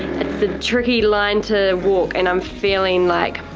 it's a tricky line to walk and i'm feeling like,